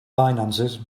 finances